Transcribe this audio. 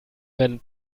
wenn